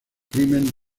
crimen